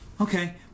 okay